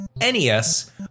NES